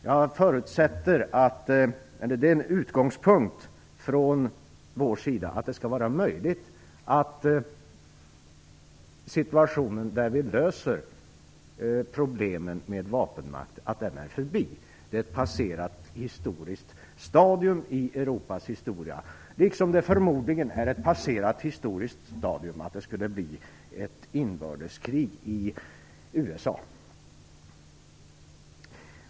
Vår utgångspunkt är att den tid då man löste problem med vapenmakt skall vara förbi. Det är ett passerat historiskt stadium i Europas historia, liksom det förmodligen är ett passerat historiskt stadium att det skulle bli ett inbördeskrig i USA.